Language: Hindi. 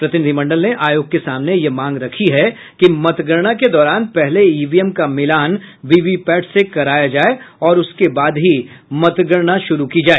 प्रतिनिधिमंडल ने आयोग के सामने यह मांग रखी है कि मतगणना के दौरान पहले ईवीएम का मिलान वीवीपैट से कराया जाए और उसके बाद ही मतगणना शुरू की जाए